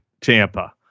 Tampa